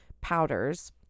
powders